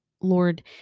Lord